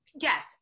Yes